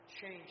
change